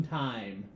time